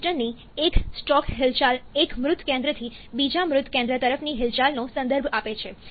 પિસ્ટનની એક સ્ટ્રોક હિલચાલ એક મૃત કેન્દ્રથી બીજા મૃત કેન્દ્ર તરફની હિલચાલનો સંદર્ભ આપે છે